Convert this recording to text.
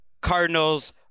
Cardinals